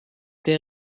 der